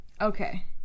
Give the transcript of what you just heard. Okay